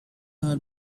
are